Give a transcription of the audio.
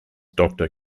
doctor